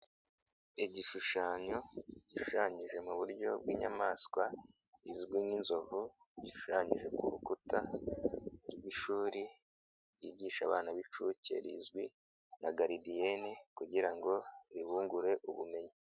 Igishushanyo gishushanyije mu buryo bw'inyamaswa izwi nk'inzovu gishushanyije ku rukuta rw'ishuri ryigisha abana b'incuke rizwi na garidiyene kugira ngo ribungure ubumenyi.